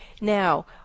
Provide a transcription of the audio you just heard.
Now